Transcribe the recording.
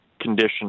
condition